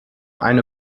eine